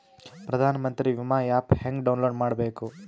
ಪ್ರಧಾನಮಂತ್ರಿ ವಿಮಾ ಆ್ಯಪ್ ಹೆಂಗ ಡೌನ್ಲೋಡ್ ಮಾಡಬೇಕು?